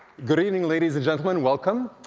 good evening, ladies and gentlemen, welcome.